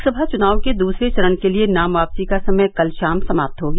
लोकसभा चुनाव के दूसरे चरण के लिए नाम वापसी का समय कल शाम समाप्त हो गया